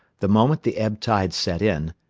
the moment the ebb-tide set in,